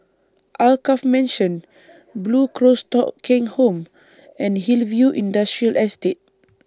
Alkaff Mansion Blue Cross Thong Kheng Home and Hillview Industrial Estate